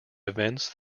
events